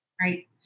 Right